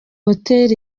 hotel